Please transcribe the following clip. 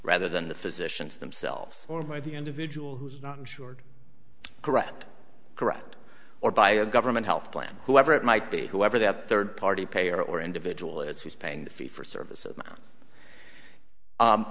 rather than the physicians themselves or by the individual who is not insured correct correct or by a government health plan whoever it might be whoever that third party payer or individual is who's paying the fee for service